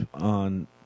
on –